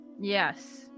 Yes